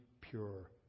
pure